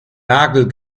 nagel